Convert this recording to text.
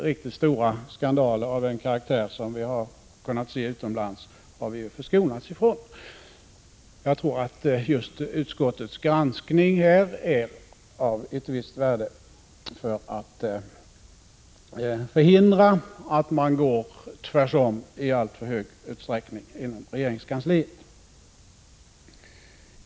Riktigt stora skandaler av den karaktär som förekommit utomlands har vi förskonats ifrån. Jag tror att just utskottets granskning är av ett visst värde när det gäller att förhindra att man ”går tvärsöver” i allt för stor utsträckning inom regeringskansliet.